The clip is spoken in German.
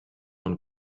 und